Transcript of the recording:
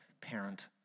parent